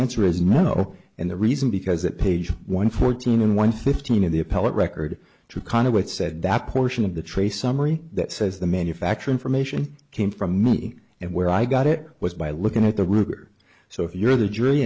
answer is no and the reason because it page one fourteen in one fifteen in the appellate record to kind of what said that portion of the tray summary that says the manufacture information came from me and where i got it was by looking at the ruger so if you're the jury